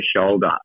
shoulder